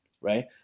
right